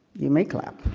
you may clap.